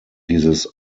dieses